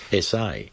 SA